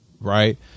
Right